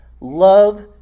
love